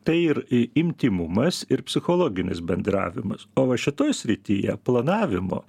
tai ir intymumas ir psichologinis bendravimas o va šitoj srityje planavimo